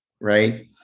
Right